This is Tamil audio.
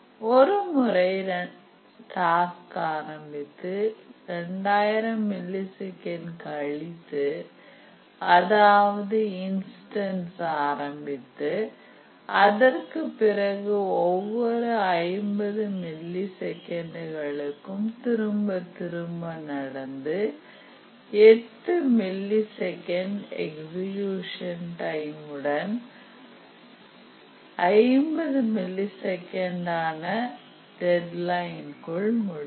ஒரு முறை டாஸ்க் ஆரம்பித்து 2000 மில்லி செகண்ட் கழித்து அதாவது இன்ஸ்டன்ஸ் ஆரம்பித்து அதற்குப் பிறகு ஒவ்வொரு 50 மில்லி செகண்ட் களுக்கும் திரும்பத் திரும்ப நடந்து 8 மில்லி செகண்ட் எக்ஸிகிஷன் டைம் உடன் 50 மில்லி செகண்ட் ஆன டெட்லைன் க்குள் முடியும்